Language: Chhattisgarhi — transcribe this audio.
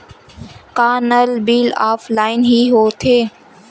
का नल बिल ऑफलाइन हि होथे?